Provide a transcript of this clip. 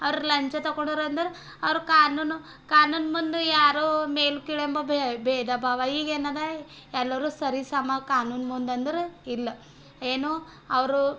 ಅವ್ರು ಲಂಚ ತಕೊಂಡಾರಂದ್ರ ಅವ್ರ ಕಾನೂನು ಕಾನೂನು ಮುಂದು ಯಾರೋ ಮೇಲು ಕೀಳೆಂಬ ಭೇದ ಭಾವ ಈಗೇನದ ಎಲ್ಲರೂ ಸರಿಸಮ ಕಾನೂನು ಮುಂದಂದ್ರ ಇಲ್ಲ ಏನೋ ಅವರು